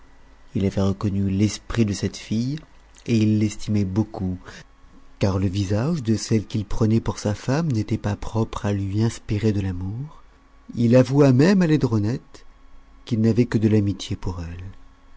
il avait reconnu l'esprit de cette fille et il l'estimait beaucoup car le visage de celle qu'il prenait pour sa femme n'était pas propre à lui inspirer de l'amour et il avoua à laidronette qu'il n'avait que de l'amitié pour elle